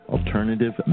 Alternative